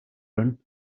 run